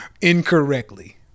incorrectly